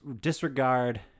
disregard